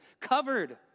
covered